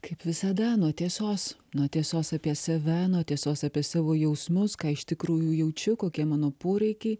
kaip visada nuo tiesos nuo tiesos apie save nuo tiesos apie savo jausmus ką iš tikrųjų jaučiu kokie mano poreikiai